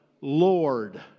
Lord